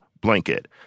blanket—